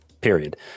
period